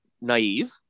naive